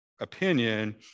opinion